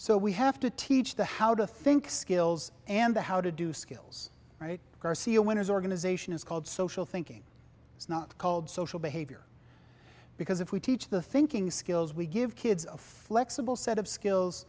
so we have to teach the how to think skills and the how to do skills right garcia when his organization is called social thinking it's not called social behavior because if we teach the thinking skills we give kids a flexible set of skills